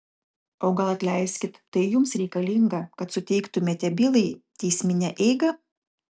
o gal atleiskit tai jums reikalinga kad suteiktumėte bylai teisminę eigą